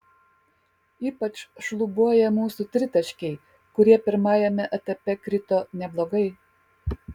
ypač šlubuoja mūsų tritaškiai kurie pirmajame etape krito neblogai